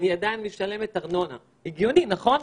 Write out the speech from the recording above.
אני עדיין משלמת ארנונה - הגיוני, נכון?